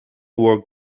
wore